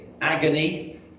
agony